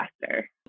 faster